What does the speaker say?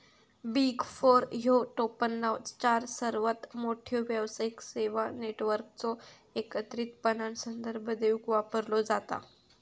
big four ह्यो टोपणनाव चार सर्वात मोठ्यो व्यावसायिक सेवा नेटवर्कचो एकत्रितपणान संदर्भ देवूक वापरलो जाता